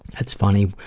that's funny,